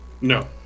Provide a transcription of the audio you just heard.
No